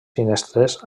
finestres